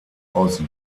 aus